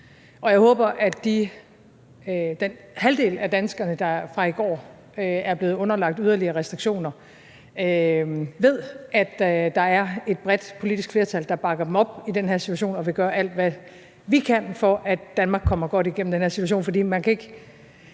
Og jeg håber, at den halvdel af danskerne, der fra i går er blevet underlagt yderligere restriktioner, ved, at der er et bredt politisk flertal, der bakker dem op i den her situation, og at vi vil gøre alt, hvad vi kan, for at Danmark kommer godt igennem den her situation, for man kan ikke